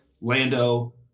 Lando